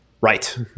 right